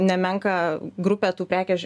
nemenką grupę tų prekės